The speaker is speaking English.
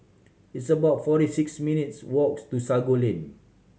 it's about forty six minutes' walks to Sago Lane